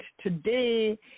Today